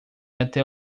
até